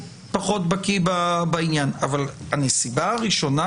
אני פחות בקי בעניין אבל הנסיבה הראשונה